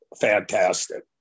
fantastic